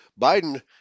Biden